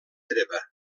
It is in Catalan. treva